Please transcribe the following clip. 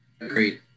Agreed